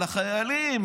על החיילים,